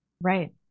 Right